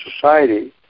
society